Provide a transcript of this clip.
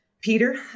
Peter